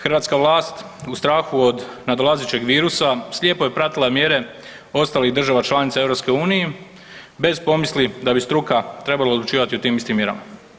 Hrvatska vlast u strahu od nadolazećeg virusa slijepo je pratila mjere ostalih država članica Europske unije bez pomisli da bi struka trebala odlučivati o tim istim mjerama.